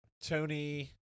Tony